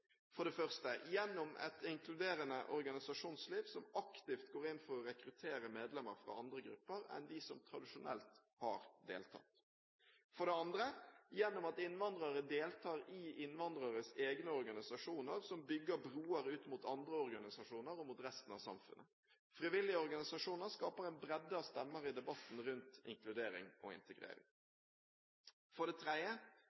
For det første: gjennom et inkluderende organisasjonsliv som aktivt går inn for å rekruttere medlemmer fra andre grupper enn de som tradisjonelt har deltatt. For det andre: gjennom at innvandrere deltar i innvandreres egne organisasjoner som bygger broer ut mot andre organisasjoner og mot resten av samfunnet. Frivillige organisasjoner skaper en bredde av stemmer i debatten rundt inkludering og